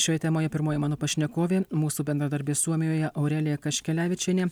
šioje temoje pirmoji mano pašnekovė mūsų bendradarbė suomijoje aurelija kaškelevičienė